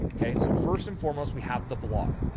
okay. so first and foremost, we have the blog.